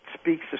speaks